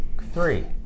three